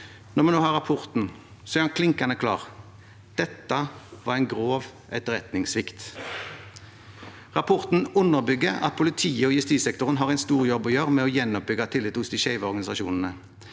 Når vi nå har rapporten, er den klinkende klar. Dette var en grov etterretningssvikt. Rapporten underbygger at politiet og justissektoren har en stor jobb å gjøre med å gjenoppbygge tilliten hos de skeive organisasjonene.